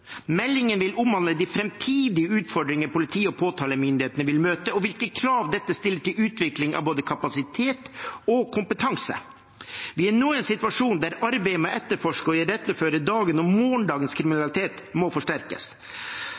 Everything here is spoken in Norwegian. Meldingen vil omhandle de framtidige utfordringer politiet og påtalemyndighetene vil møte, og hvilke krav dette stiller til utvikling av både kapasitet og kompetanse. Vi er nå i en situasjon der arbeidet med å etterforske og iretteføre dagens og morgendagens kriminalitet må forsterkes.